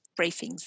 briefings